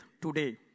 today